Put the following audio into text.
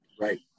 Right